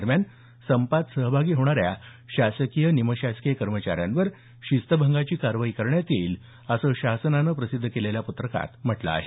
दरम्यान संपात सहभागी होणाऱ्या शासकीय निमशासकीय कर्मचाऱ्यांवर शिस्तभंगाची कारवाई करण्यात येईल असं शासनाने प्रसिद्ध केलेल्या प्रसिद्धी पत्रकात म्हटलं आहे